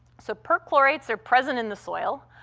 so perchlorates are present in the soil.